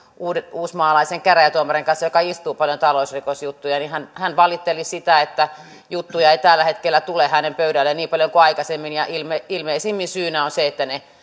uusmaalaisen käräjätuomarin kanssa joka istuu paljon talousrikosjuttuja hän hän valitteli sitä että juttuja ei tällä hetkellä tule hänen pöydälleen niin paljon kuin aikaisemmin ja ilmeisimmin syynä on se että ne